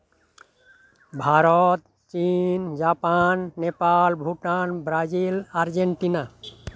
ᱵᱷᱟᱨᱚᱛ ᱪᱤᱱ Japan Nepal Bhutan Brazil Argentina